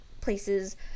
places